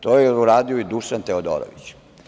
To je uradio i Dušan Teodorović.